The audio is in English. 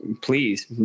please